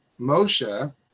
Moshe